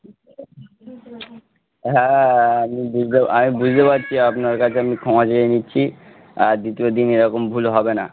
হ্যাঁ আমি বুঝতে আমি বুঝতে পারছি আপনার কাছে আমি ক্ষমা চেয়ে নিচ্ছি আর দ্বিতীয় দিন এরকম ভুল হবে না